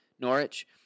Norwich